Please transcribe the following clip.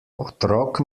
otrok